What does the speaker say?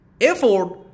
effort